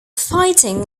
fighting